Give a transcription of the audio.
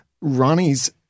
Ronnie's